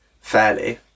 fairly